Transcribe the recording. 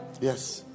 Yes